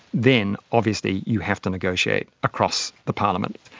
then obviously you have to negotiate across the parliament,